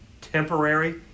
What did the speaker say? temporary